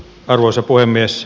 arvoisa puhemies